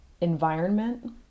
environment